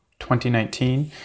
2019